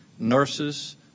nurses